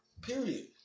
Period